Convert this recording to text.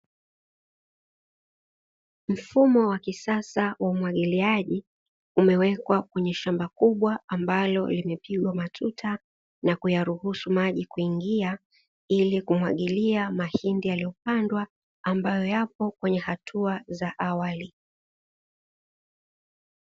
Mfumo wa kisasa wa umwagiliaji, umewekwa kwenye shamba kubwa ambalo limewekwa matuta na kuyaruhisu maji kuingia ili kumwagilia mahindi yaliyopandwa ambayo yapo kwenye hatua za awali.